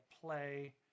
play